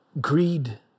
greed